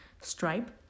Stripe